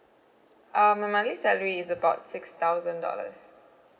uh my monthly salary is about six thousand dollars